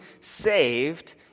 saved